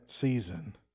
season